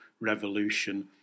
revolution